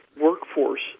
workforce